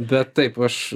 bet taip aš